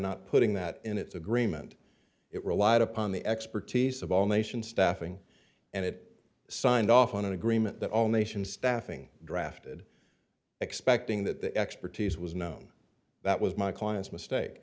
not putting that in its agreement it relied upon the expertise of all nations staffing and it signed off on an agreement that all nations staffing drafted expecting that the expertise was known that was my client's mistake